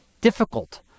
difficult